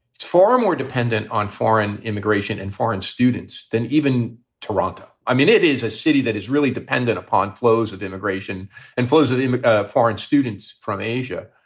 it's far more dependent on foreign immigration and foreign students than even toronto. i mean, it is a city that is really dependent upon flows of immigration and flows of foreign students from asia.